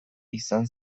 izan